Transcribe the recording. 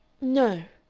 no,